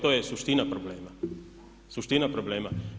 To je suština problema, suština problema.